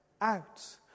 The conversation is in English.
out